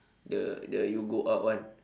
the the you go out one